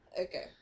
Okay